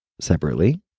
Separately